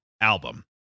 album